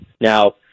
now